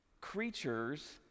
Creatures